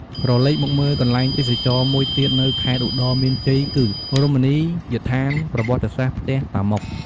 ក្រឡេកមកមើលកន្លែងទេសចរមួយទៀតនៅខេត្តឧត្តរមានជ័យគឺ រមនីយដ្ឋានប្រវត្តិសាស្ត្រ ផ្ទះតាម៉ុក។